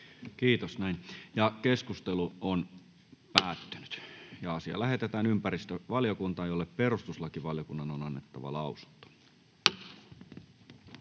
ehdottaa, että asia lähetetään ympäristövaliokuntaan, jolle perustuslakivaliokunnan on annettava lausunto.